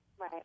Right